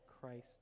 Christ